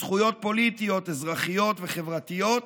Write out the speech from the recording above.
זכויות פוליטיות אזרחיות וחברתיות